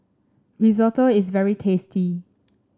risotto is very tasty